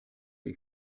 tej